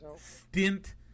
stint